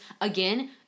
Again